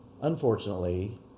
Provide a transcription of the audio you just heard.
Unfortunately